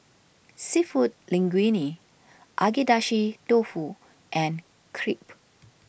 Seafood Linguine Agedashi Dofu and Crepe